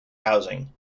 housing